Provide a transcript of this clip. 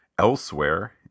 Elsewhere